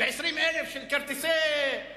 ב-20,000 של כרטיסי,